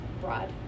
broad